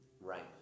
Right